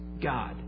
God